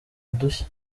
udushya